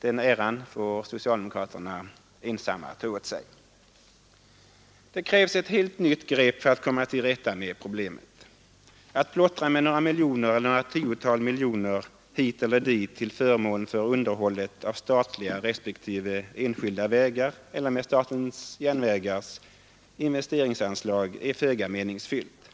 Den ”äran” får socialdemokraterna ensamma ta åt sig. Det krävs ett helt nytt grepp för att komma till rätta med problemet. Att plottra med några miljoner eller några tiotal miljoner hit eller dit till förmån för underhållet av statliga respektive enskilda vägar eller med statens järnvägars investeringsanslag är föga meningsfullt.